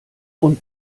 und